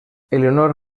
elionor